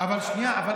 אבל שנייה,